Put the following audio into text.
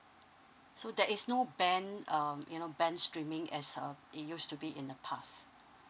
so there is no band um you know band streaming as uh it used to be in the past